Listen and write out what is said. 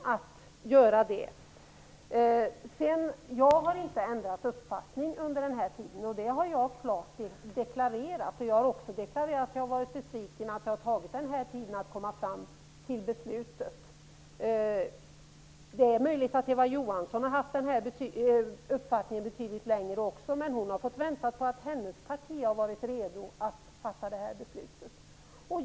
Jag har inte ändrat uppfattning under denna tid. Det har jag klart deklarerat. Jag har också deklarerat att jag har varit besviken på att det har tagit denna tid att komma fram till beslutet. Det är möjligt att Eva Johansson har haft denna uppfattning under en betydligt längre tid. Men hon har fått vänta på att hennes parti har blivit redo att fatta detta beslut.